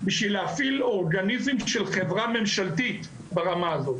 בשביל להפעיל אורגניזם של חברה ממשלתית ברמה הזאת.